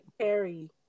carry